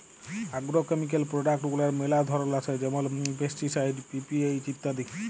agrochemical product গুলার ম্যালা ধরল আসে যেমল পেস্টিসাইড, পি.পি.এইচ ইত্যাদি